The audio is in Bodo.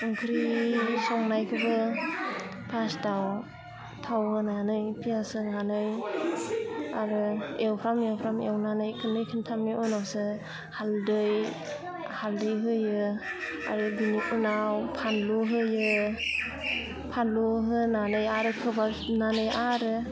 ओंख्रि संनायखौबो फास्टाव थाव होनानै पियास होनानै आरो एवफ्राव एवफ्राम एवनानै खेबनै खेबथामनि उनावसो हालदै हालदै होयो आरो बेनि उनाव फानलु होयो फानलु होनानै आरो खोबहाबफिननानै आरो